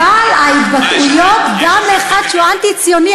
אבל גם מאחד שהיה אנטי-ציוני,